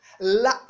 la